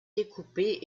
découpée